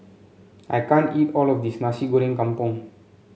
I can't eat all of this Nasi Goreng Kampung